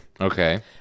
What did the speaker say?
Okay